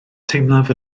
teimlaf